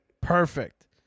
perfect